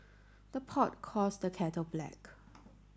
the pot calls the kettle black